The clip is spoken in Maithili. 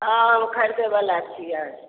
हँ हम खरिदैबला छियै